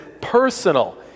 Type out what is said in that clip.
personal